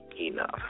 enough